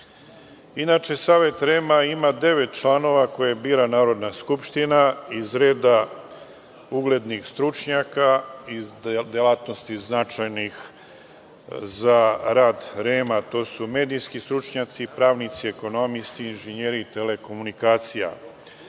vlasti. Inače, Savet REM-a ima devet članova koja bira Narodna skupština iz reda uglednih stručnjaka, iz delatnosti značajnih za rad REM-a, a to su medijski stručnjaci, pravnici, ekonomisti, inženjeri telekomunikacija. Po